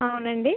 అవునండి